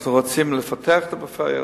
אנחנו רוצים לפתח את הפריפריה,